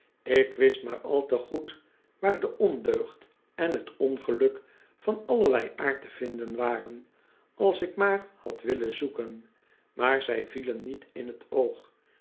ik wist maar al te goed waar de ondeugd en t ongeluk van allerlei aard te vinden waren als ik maar had willen zoeken maar zij vielen niet in t oog